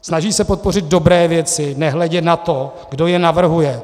Snaží se podpořit dobré věci, nehledě na to, kdo je navrhuje.